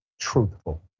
truthful